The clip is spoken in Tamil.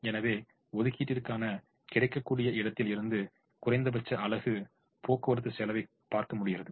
எனவே ஒதுக்கீட்டிற்கான கிடைக்கக்கூடிய இடத்தில இருந்து குறைந்தபட்ச அலகு போக்குவரத்து செலவைப் பார்க்க முடிகிறது